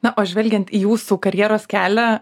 na o žvelgiant į jūsų karjeros kelią